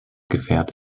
gefährt